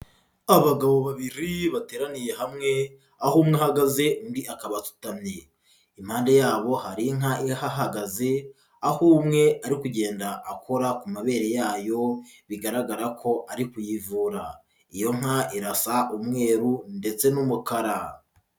Abagabo babiri bateraniye hamwe, aho umwe ahagaze undi akaba asutamye. Impande yabo hari inka ihahagaze, aho umwe ari kugenda akora ku mabere yayo bigaragara ko ari kuyivura. Iyo nka irasa umweru ndetse n'umukara.